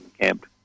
camp